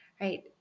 right